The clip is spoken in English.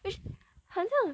which 很像